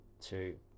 two